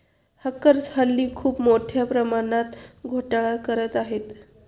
hackers हल्ली खूप मोठ्या प्रमाणात घोटाळा करत आहेत